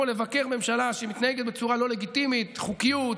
לבקר ממשלה שמתנהגת בצורה לא לגיטימית: חוקיות,